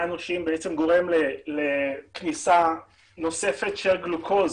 אנושיים בעצם גורם לכניסה נוספת של גלוקוז,